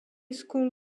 school